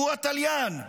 הוא התליין.